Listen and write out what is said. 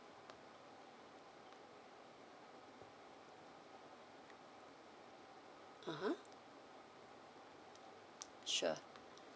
(uh huh) sure